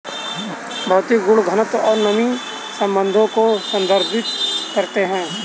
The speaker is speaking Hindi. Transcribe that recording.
भौतिक गुण घनत्व और नमी संबंधों को संदर्भित करते हैं